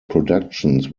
productions